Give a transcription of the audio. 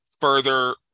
further